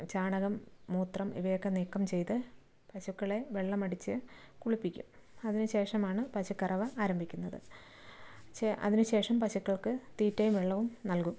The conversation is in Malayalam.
ചാണകം മൂത്രം ഇവയൊക്കെ നീക്കം ചെയ്ത് പശുക്കളെ വെള്ളമടിച്ച് കുളിപ്പിക്കും അതിന് ശേഷമാണ് പശുക്കറവ ആരംഭിക്കുന്നത് അതിന് ശേഷം പശുക്കൾക്ക് തീറ്റയും വെള്ളവും നൽകും